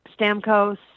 Stamkos